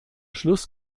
schluss